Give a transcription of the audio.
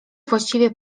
właściwie